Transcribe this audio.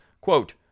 quote